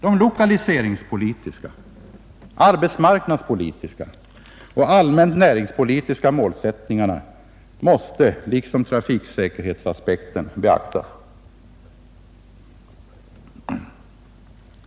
De lokaliseringspolitiska, arbetsmarknadspolitiska och allmänt näringspolitiska målsättningarna måste liksom trafiksäkerhetsaspekten beaktas.